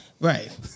Right